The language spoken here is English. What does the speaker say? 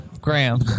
Graham